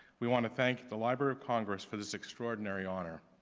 we want to thank the library of congress for this extraordinary honor.